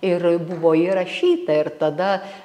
ir buvo įrašyta ir tada